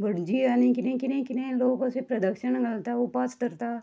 भटजी आनी कितें कितें कितें लोक अशे प्रदक्षणा घालता उपास धरता